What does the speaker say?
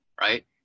right